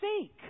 seek